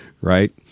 right